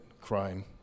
crime